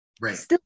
Right